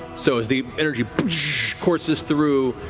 so as the energy courses through,